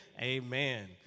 Amen